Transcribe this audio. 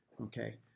Okay